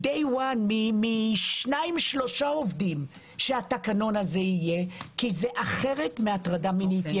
לגבי מקום של שניים-שלושה עובדים כי זה אחרת מהטרדה מינית.